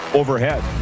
overhead